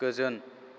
गोजोन